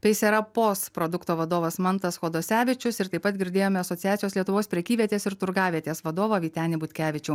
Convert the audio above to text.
peisera pos produkto vadovas mantas kodosevičius ir taip pat girdėjome asociacijos lietuvos prekyvietės ir turgavietės vadovą vytenį butkevičių